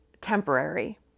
temporary